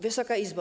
Wysoka Izbo!